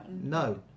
no